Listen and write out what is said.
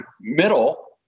middle